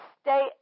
stay